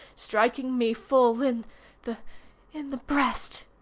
striking me full in the in the breast,